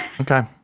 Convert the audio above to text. Okay